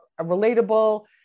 relatable